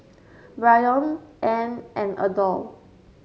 Brion Anne and Adolph